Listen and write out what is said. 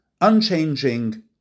Unchanging